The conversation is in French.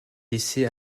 laissée